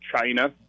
China